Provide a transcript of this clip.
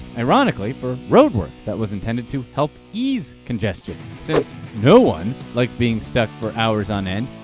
ironically for road work that was intended to help ease congestion. since no one likes being stuck for hours on end,